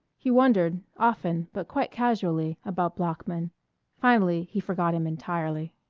he wondered, often but quite casually, about bloeckman finally he forgot him entirely.